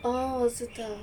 orh 知道